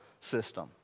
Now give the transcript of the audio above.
system